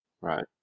Right